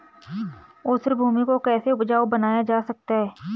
ऊसर भूमि को कैसे उपजाऊ बनाया जा सकता है?